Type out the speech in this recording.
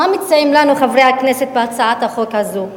מה מציעים לנו חברי הכנסת בהצעת החוק הזאת?